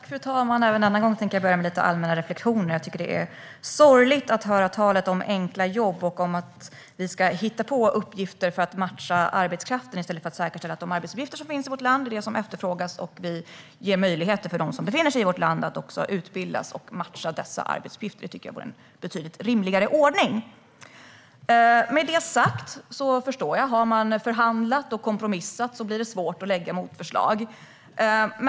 Fru talman! Även denna gång tänker jag börja med några allmänna reflektioner. Jag tycker att det är sorgligt att höra talet om enkla jobb och om att vi ska hitta på uppgifter för att matcha arbetskraften i stället för att säkerställa att de arbetsuppgifter som finns i vårt land är vad som efterfrågas och att vi ger möjligheter för dem som befinner sig i vårt land att utbilda sig och matcha dessa arbetsuppgifter. Detta tycker jag vore en betydligt rimligare ordning. Med det sagt förstår jag att det blir svårt att lägga fram motförslag om man har förhandlat och kompromissat.